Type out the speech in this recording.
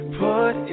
put